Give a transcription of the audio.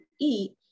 eat